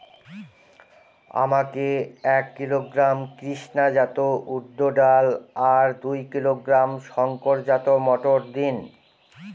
আমাকে এক কিলোগ্রাম কৃষ্ণা জাত উর্দ ডাল আর দু কিলোগ্রাম শঙ্কর জাত মোটর দিন?